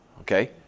Okay